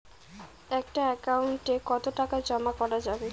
একটা একাউন্ট এ কতো টাকা জমা করা যাবে?